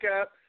up